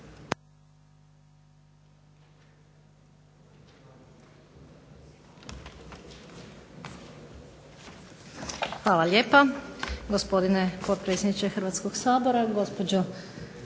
Hvala lijepa gospodine potpredsjedniče Hrvatskog sabora, gospođo